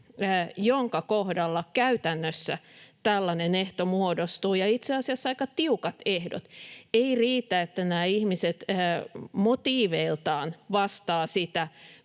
jonka kohdalla käytännössä tällainen ehto muodostuu, ja itse asiassa aika tiukat ehdot. Ei riitä, että nämä ihmiset motiiveiltaan vastaavat sitä,